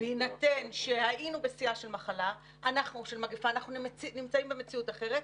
בהינתן שהיינו בשיאה של מגפה אנחנו נמצאים במציאות אחרת,